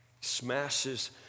smashes